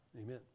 Amen